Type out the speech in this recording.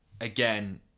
Again